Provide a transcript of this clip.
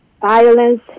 violence